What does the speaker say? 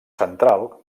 central